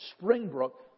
Springbrook